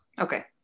Okay